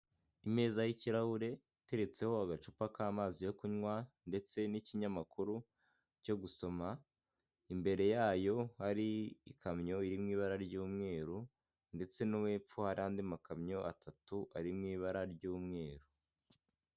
Imeza y'ikirahure, iteretseho agacupa k'amazi yo kunywa, ndetse n'ikinyamakuru cyo gusoma, imbere yayo hari ikamyo iri mu ibara ry'umweru, ndetse no hepfo hari andi makamyo atatu, ari mu ibara ry'umweru.